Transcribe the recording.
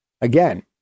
Again